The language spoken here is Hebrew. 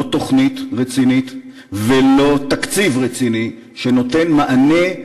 לא תוכנית רצינית ולא תקציב רציני שנותן מענה,